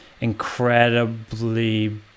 incredibly